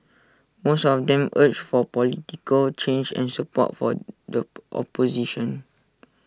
most of them urged for political change and support for the opposition